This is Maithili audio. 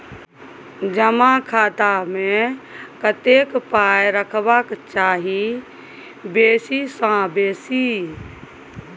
जमा खाता मे कतेक पाय रखबाक चाही बेसी सँ बेसी?